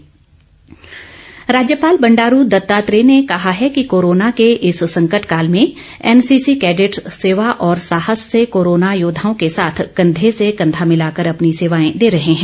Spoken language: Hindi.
राज्यपाल राज्यपाल बंडारू दत्तात्रेय ने कहा है कि कोरोना के इस संकट काल में एनसीसी कैंडेट्स सेवा और साहस से कोरोना योद्वाओं के साथ कंधे से कंधा मिलाकर अपनी सेवाएं दे रहे हैं